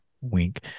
Wink